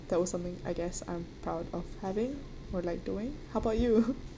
that was something I guess I'm proud of having or like doing how about you